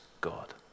God